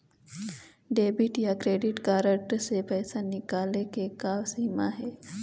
Debit या credit card से पैसा निकाले के का सीमा हे?